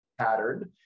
pattern